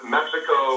Mexico